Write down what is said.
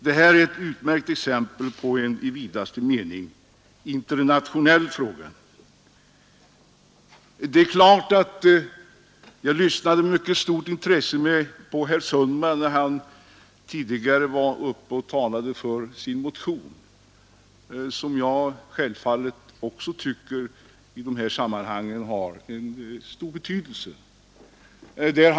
Detta är ett utmärkt exempel på en i vidaste mening internationell fråga. Jag lyssnade med mycket stort intresse på herr Sundman när han tidigare talade för sin motion, som självfallet också jag tycker tar upp frågor av stor betydelse i dessa sammanhang.